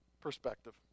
perspective